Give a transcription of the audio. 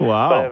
Wow